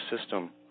system